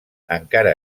encara